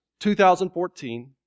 2014